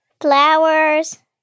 flowers